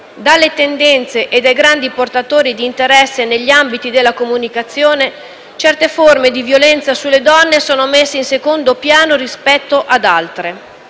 dalle tendenze e dai grandi portatori di interesse negli ambiti della comunicazione, certe forme di violenza sulle donne sono messe in secondo piano rispetto ad altre.